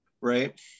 right